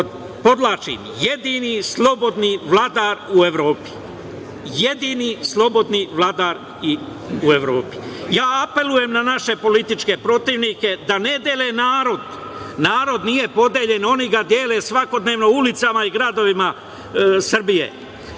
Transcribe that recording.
Evropi, jedini slobodni vladar u Evropi. Apelujem na naše političke protivnike da ne dele narod. Narod nije podeljen, oni ga dele svakodnevno ulicama i gradovima Srbije,